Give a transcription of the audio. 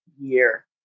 year